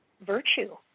virtue